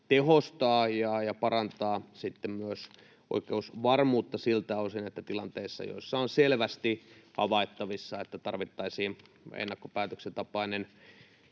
tehostaa ja parantaa myös oikeusvarmuutta siltä osin, että tilanteissa, joissa on selvästi havaittavissa, että tarvittaisiin ennakkopäätöksen tapainen